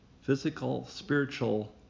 physical-spiritual